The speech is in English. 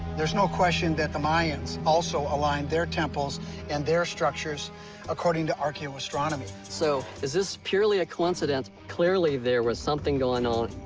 there's no question that the mayans also aligned their temples and their structures according to archaeoastronomy. so is this purely a coincidence? clearly there was something going on.